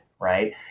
right